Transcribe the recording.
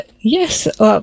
Yes